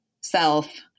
self